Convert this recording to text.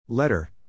Letter